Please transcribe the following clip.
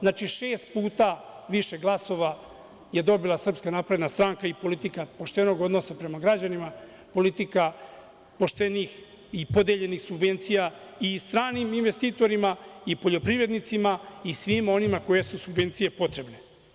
Znači, šest puta više glasova je dobila SNS i politika poštenog odnosa prema građanima, politika poštenih i podeljenih subvencija i stranim investitorima i poljoprivrednicima i svima kojima su subvencije potrebne.